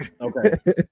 Okay